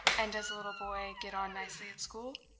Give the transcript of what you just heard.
and does the little boy get on nicely at school?